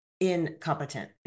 incompetent